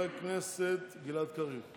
אדוני היושב-ראש.